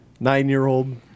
nine-year-old